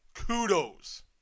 Kudos